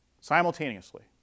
simultaneously